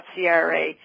CRA